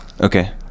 Okay